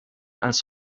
als